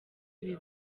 ibi